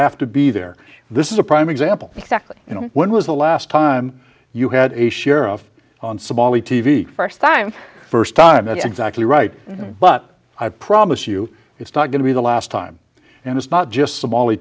have to be there this is a prime example of you know when was the last time you had a sheriff on somali t v first time first time that's exactly right but i promise you it's not going to be the last time and it's not just somali